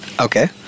Okay